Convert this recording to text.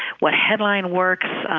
what headline works,